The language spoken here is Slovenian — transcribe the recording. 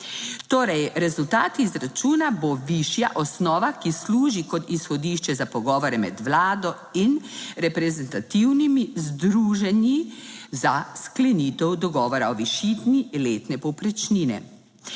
Torej, rezultat izračuna bo višja osnova, ki služi kot izhodišče za pogovore med vlado in reprezentativnimi združenji za sklenitev dogovora o višini letne povprečnine.